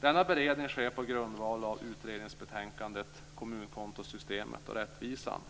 Denna beredning sker på grundval av utredningsbetänkandet Kommunkontosystemet och rättvisan.